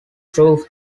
through